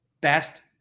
best